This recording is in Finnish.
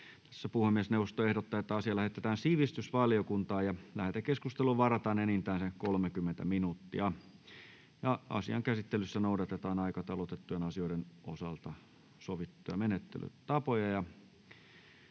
Puhemiesneuvosto ehdottaa, että asia lähetetään sivistysvaliokuntaan. Lähetekeskusteluun varataan enintään 30 minuuttia. Asian käsittelyssä noudatetaan aikataulutettujen asioiden osalta sovittuja menettelytapoja.